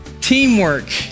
Teamwork